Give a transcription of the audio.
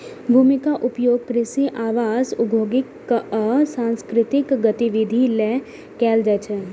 भूमिक उपयोग कृषि, आवास, औद्योगिक आ सांस्कृतिक गतिविधि लेल कैल जाइ छै